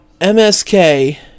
MSK